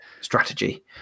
strategy